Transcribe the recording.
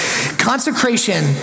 consecration